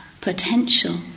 potential